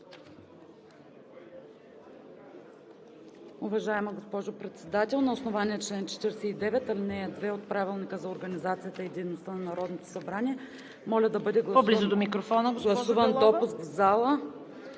Уважаема госпожо Председател, на основание чл. 49, ал. 2 от Правилника за организацията и дейността на Народното събрание, моля да бъде гласуван допуск в залата